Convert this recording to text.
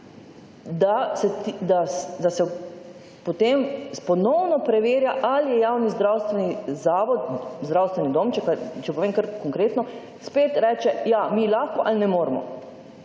da se potem ponovno preverja ali javni zdravstveni zavod, zdravstveni dom, če povem kar konkretno, spet reče, ja, mi lahko ali ne moremo.